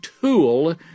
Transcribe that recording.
tool